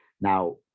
Now